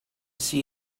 see